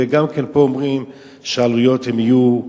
וגם פה אומרים שהעלויות יהיו,